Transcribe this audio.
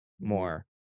more